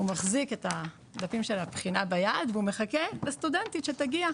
הוא מחזיק את הדפים של הבחינה ביד והוא מחכה לסטודנטית שתגיע.